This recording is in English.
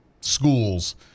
schools